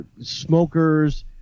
smokers